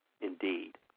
indeed